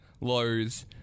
lows